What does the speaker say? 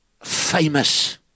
famous